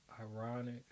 ironic